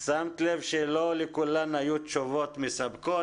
ששמתי לב שלא לכולן היו תשובות מספקות.